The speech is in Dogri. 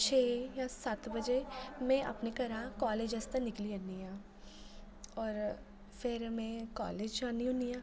छेऽ जां सत्त बज्जे में अपने घरा कॉलेज़ आस्तै निकली ज'न्नी आं होर फिर में कॉलेज़ ज'न्नी होनी आं